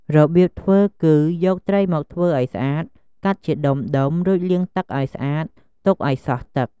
របៀបធ្វើគឺ យកត្រីមកធ្វើឲ្យស្អាត កាត់ជាដុំៗ រួចលាងទឹកឲ្យស្អាត ទុកឲ្យសោះទឹក។